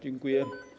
Dziękuję.